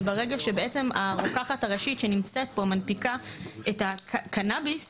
שבעצם ברגע שהרוקחת הראשית שנמצאת פה מנפיקה את הקנביס,